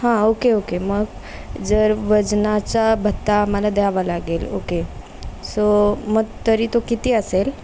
हां okay okay मग जर वजनाचा भत्ता आम्हाला द्यावा लागेल ओके सो मग तरी तो किती असेल